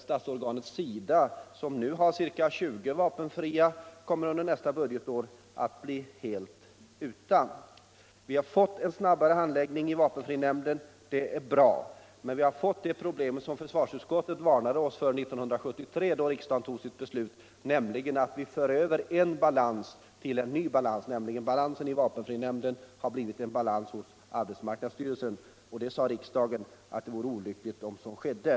Statsorganet SIDA, som nu har ca 20 vapenfria, kommer under nästa budgetår att bli helt utan. Vi har fått en snabbare handläggning i vapenfrinämnden, och det är bra. Men vi har fått det problem som försvarsutskottet varnade oss för HH Om tidpunkten för 1973, nämligen att vi för över en balans till en ny balans. Balansen i vapenfrinämnden har blivit en balans hos arbetsmarknadsstyrelsen. Riksdagen sade att det vore olyckligt om så skedde.